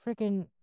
freaking